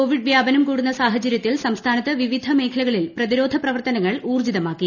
Covid വ്യാപനം കൂടുന്ന സാഹചര്യത്തിൽ സംസ്ഥാനത്ത് വിവിധ മേഖലകളിൽ പ്രതിരോധ പ്രവർത്തനങ്ങൾ ഊർജ്ജിതമാക്കി